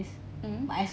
mm